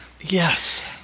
Yes